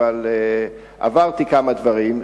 אבל עברתי כמה דברים,